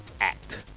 Act